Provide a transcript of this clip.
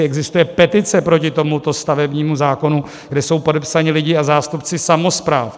Existuje petice proti tomuto stavebnímu zákonu, kde jsou podepsaní lidé a zástupci samospráv.